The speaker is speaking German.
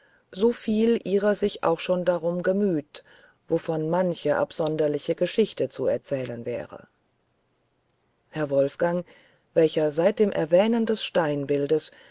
so viel jrer sich auch schon darum gemüht wovon manche absonderliche geschichten zu erzählen wären herr wolfgang welcher seit der erwähnung des steinbildes